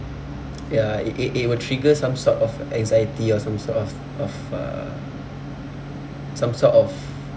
ya it it it will trigger some sort of anxiety or some sort of of uh some sort of